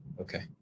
Okay